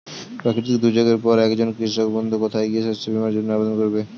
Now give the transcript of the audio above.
প্রাকৃতিক দুর্যোগের পরে একজন কৃষক বন্ধু কোথায় গিয়ে শস্য বীমার জন্য আবেদন করবে?